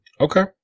Okay